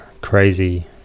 crazy